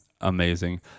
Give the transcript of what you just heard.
Amazing